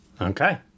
Okay